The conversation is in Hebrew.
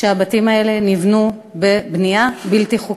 שהבתים האלה נבנו בבנייה בלתי חוקית,